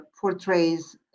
portrays